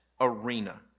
arena